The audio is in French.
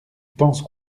penses